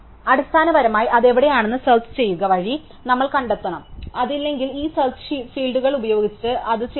അടിസ്ഥാനപരമായി അത് എവിടെയാണെന്ന് സെർച്ച് ചെയുക വഴി നമ്മൾ കണ്ടെത്തണം അത് ഇല്ലെങ്കിൽ ഈ സെർച്ച് ഫീൽഡുകൾ ഉപയോഗിച്ച് ഞങ്ങൾ അത് ചേർക്കുന്നു